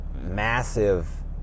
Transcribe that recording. massive